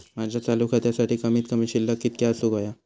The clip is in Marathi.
माझ्या चालू खात्यासाठी कमित कमी शिल्लक कितक्या असूक होया?